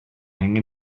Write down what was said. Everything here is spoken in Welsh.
angen